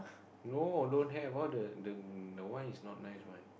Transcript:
no don't have all the all the that one is all not nice one